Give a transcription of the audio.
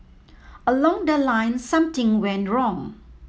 along the line something went wrong